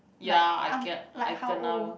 like like how old